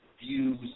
views